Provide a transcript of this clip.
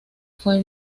fue